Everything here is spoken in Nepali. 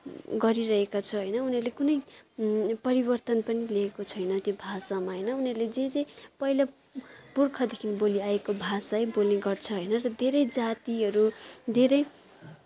गरिरहेको छ होइन उनीहरूले कुनै परिवर्तन पनि ल्याएको छैन त्यो भाषामा होइन उनीहरूले जे जे पहिला पुर्खादेखि बोलिआएको भाषै बोल्ने गर्छ होइन धेरै जातिहरू धेरै